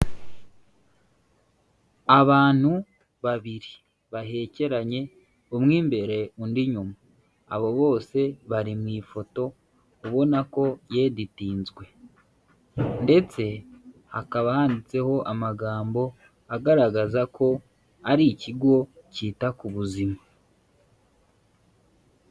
Abantu babiri bahekeranye umwe imbere undi inyuma. Abo bose bari mu ifoto ubona ko yeditinzwe ndetse hakaba handitseho amagambo, agaragaza ko ari ikigo cyita ku buzima.